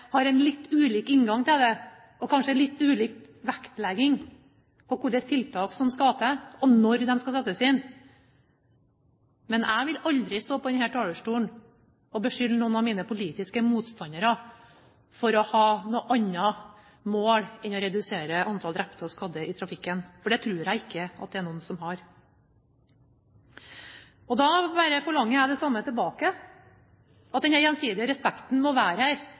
har en litt ulik inngang til det og kanskje en litt ulik vektlegging av hvilke tiltak som skal til og når de skal settes inn. Men jeg vil aldri stå på denne talerstolen og beskylde noen av mine politiske motstandere for å ha noe annet mål enn å redusere antall drepte og skadde i trafikken, for det tror jeg ikke det er noen som har. Da forlanger jeg bare det samme tilbake, at denne gjensidige respekten må være her,